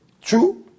True